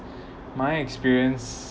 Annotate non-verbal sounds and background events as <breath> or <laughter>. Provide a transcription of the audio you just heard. <breath> my experience